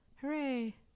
hooray